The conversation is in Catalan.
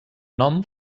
nom